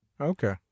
Okay